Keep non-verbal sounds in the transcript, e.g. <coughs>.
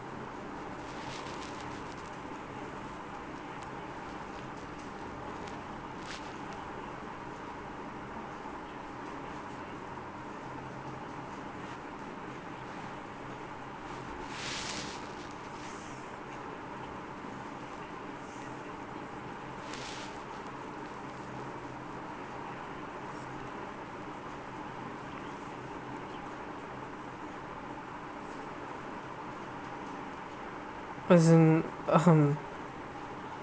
as in <coughs>